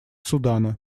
судана